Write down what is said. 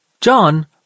John